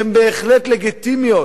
שהן בהחלט לגיטימיות,